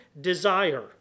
desire